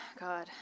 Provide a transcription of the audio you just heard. God